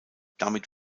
damit